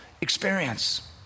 experience